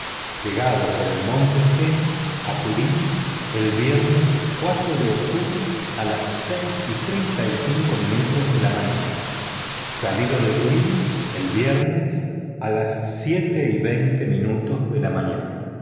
llegada por monte cenis a turín el viernes de octubre a las seis y treinta y cinco minutos de la mañana salida de turín el viernes a la siete y veinte minutos de la mañana